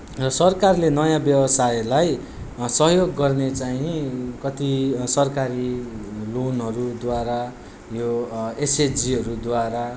सरकारले नयाँ व्यवसायलाई सहयोग गर्ने चाँहि कति सरकारी लोनहरूद्वारा यो एसएचजीहरूद्वारा